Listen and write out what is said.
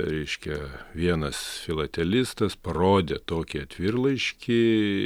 reiškia vienas filatelistas parodė tokį atvirlaiškį